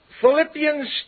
Philippians